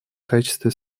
качестве